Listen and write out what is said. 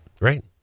Right